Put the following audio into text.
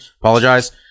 Apologize